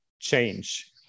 change